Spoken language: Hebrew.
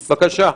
בבקשה.